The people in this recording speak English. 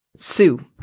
Sue